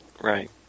Right